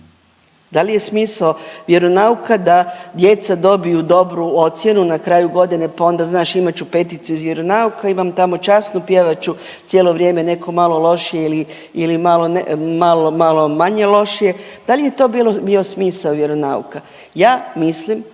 Da li je smisao vjeronauka da djeca dobiju dobru ocjenu na kraju godine, pa onda, znaš, imat ću peticu iz vjeronauka, imam tamo časnu, pjevat ću cijelo vrijeme, netko malo lošije ili malo, malo manje lošije, da li je to bio smisao vjeronauka? Ja mislim